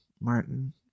martin